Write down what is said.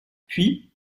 puis